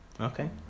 Okay